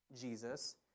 Jesus